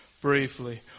briefly